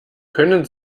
können